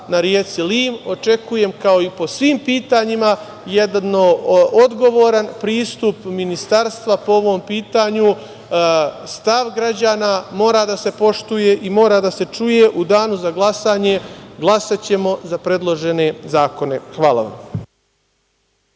na reci Lim. Očekujem, kao i po svim pitanjima, jedan odgovoran pristup ministarstva po ovom pitanju. Stav građana mora da se poštuje i mora da čuje.U danu za glasanje glasaćemo za predložene zakone. Hvala vam.